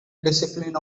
discipline